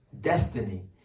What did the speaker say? destiny